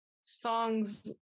songs